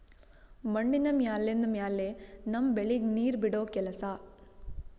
ಮಣ್ಣಿನ ಮ್ಯಾಲಿಂದ್ ಮ್ಯಾಲೆ ನಮ್ಮ್ ಬೆಳಿಗ್ ನೀರ್ ಬಿಡೋ ಕೆಲಸಾ